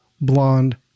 blonde